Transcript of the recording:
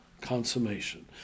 consummation